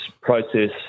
process